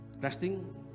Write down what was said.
resting